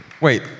Wait